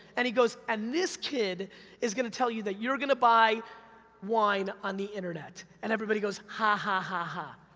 and he goes, and this kid is gonna tell you that you're gonna buy wine on the internet. and everybody goes, ha ha ha ha.